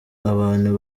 abantu